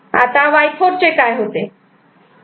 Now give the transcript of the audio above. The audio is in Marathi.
आता Y4 चे काय होते